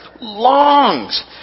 longs